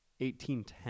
1810